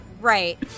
Right